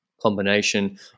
combination